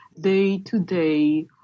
day-to-day